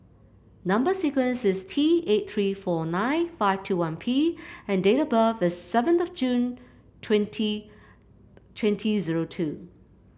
number sequence is T eight three four nine five two one P and date of birth is seventh of June twenty twenty zero two